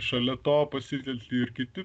šalia to pasitelkti ir kiti